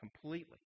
completely